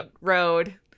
road